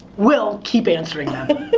we'll keep answering them.